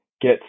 get